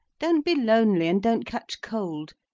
don't be lonely, and don't catch cold.